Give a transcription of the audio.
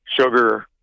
sugar